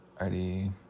already